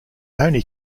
only